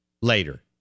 later